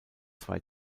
zwei